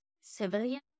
civilian